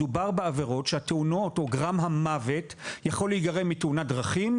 מדובר בעבירות שהתאונות או גרם המוות יכול להיגרם מתאונת דרכים,